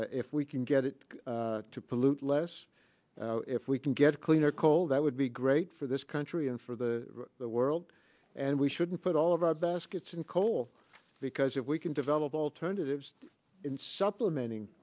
that if we can get it to pollute less if we can get cleaner coal that would be great for this country and for the world and we shouldn't put all of our baskets in coal because if we can develop alternatives in supplementing